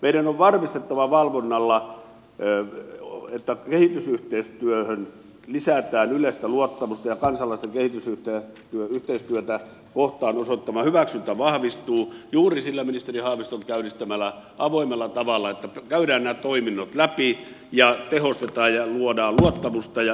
meidän on varmistettava valvonnalla että kehitysyhteistyöhön lisätään yleistä luottamusta ja kansalaisten kehitysyhteistyötä kohtaan osoittama hyväksyntä vahvistuu juuri sillä ministeri haaviston käynnistämällä avoimella tavalla että käydään nämä toiminnot läpi ja tehostetaan ja luodaan luottamusta ja iskukykyä näihin palveluihin